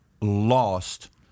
lost